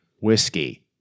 whiskey